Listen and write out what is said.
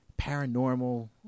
paranormal